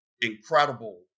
incredible